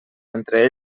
entre